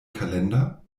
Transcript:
kalender